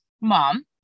mom